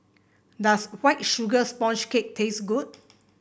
does White Sugar Sponge Cake taste good